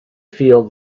feel